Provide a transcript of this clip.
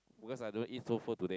because I do not eat so full today